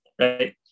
right